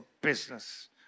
business